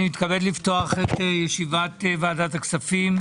אני מתכבד לפתוח את ישיבת ועדת הכספים.